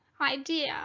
idea